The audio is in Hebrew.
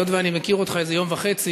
היות שאני מכיר אותך איזה יום וחצי,